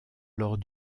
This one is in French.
lors